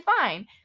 fine